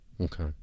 Okay